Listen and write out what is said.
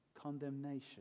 condemnation